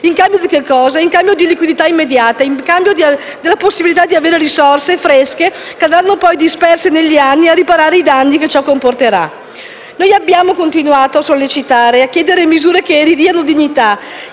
In cambio di che cosa? In cambio di liquidità immediata, in cambio della possibilità di avere risorse fresche che andranno poi disperse negli anni a riparare i danni che tutto ciò comporterà. Noi abbiamo continuato a sollecitare e a chiedere misure che ridiano dignità,